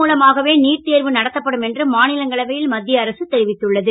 மூலமாகவே நீட் தேர்வு நடத்தப்படும் என்று மா லங்களவை ல் கணி மத் ய அரசு தெரிவித்துள்ளது